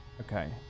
Okay